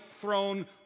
throne